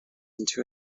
into